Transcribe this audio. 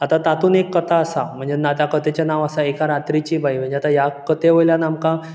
आतां तातूंत एक कथा आसा म्हणजे त्या कथेचें नांव आसा एका रात्रिची बाई म्हणजे आतां ह्या कथे वयल्यान आमकां